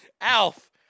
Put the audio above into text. Alf